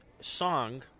song